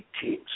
teams